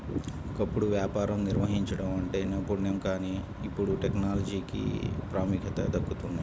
ఒకప్పుడు వ్యాపారం నిర్వహించడం అంటే నైపుణ్యం కానీ ఇప్పుడు టెక్నాలజీకే ప్రాముఖ్యత దక్కుతోంది